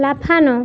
লাফানো